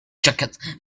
jacket